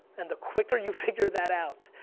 and the quicker you figure that out,